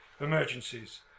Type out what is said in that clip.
emergencies